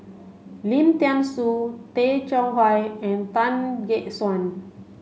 Lim Thean Soo Tay Chong Hai and Tan Gek Suan